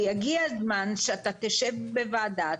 ויגיע הזמן שאתה תשב בוועדה,